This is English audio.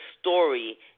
story